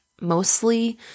mostly